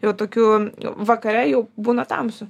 jau tokiu vakare jau būna tamsu